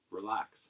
relax